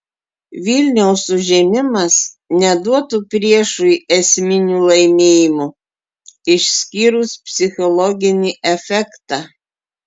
vilniaus užėmimas neduotų priešui esminių laimėjimų išskyrus psichologinį efektą